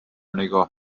نگاه